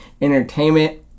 Entertainment